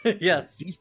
yes